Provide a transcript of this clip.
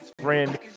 friend